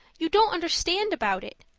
you don't understand about it.